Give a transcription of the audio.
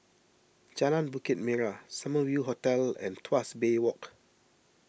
Jalan Bukit Merah Summer View Hotel and Tuas Bay Walk